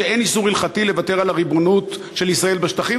שאין איסור הלכתי לוותר על הריבונות של ישראל בשטחים,